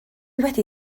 wedi